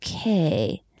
Okay